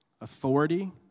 authority